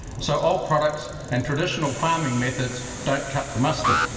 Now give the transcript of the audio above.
so old products and traditional farming methods don't cut the mustard.